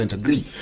agree